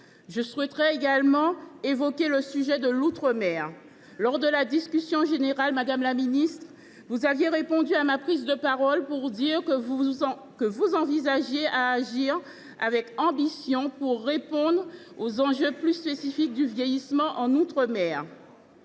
Je souhaite également évoquer le sujet de l’outre mer. Lors de la discussion générale, madame la ministre, vous m’aviez répondu que vous vous engagiez à agir avec ambition pour répondre aux enjeux plus spécifiques du vieillissement en outre mer.